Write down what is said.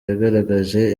yagaragaje